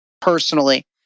personally